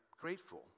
grateful